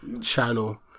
channel